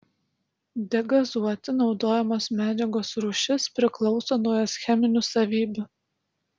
degazuoti naudojamos medžiagos rūšis priklauso nuo jos cheminių savybių